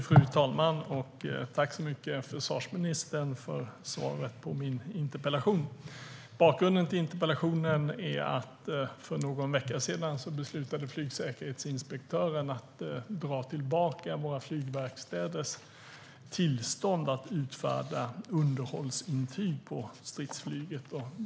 Fru talman! Tack så mycket, försvarsministern, för svaret på min interpellation! Bakgrunden till interpellationen är att för någon vecka sedan beslutade flygsäkerhetsinspektören att dra tillbaka flygverkstädernas tillstånd att utfärda underhållsintyg för stridsflyget.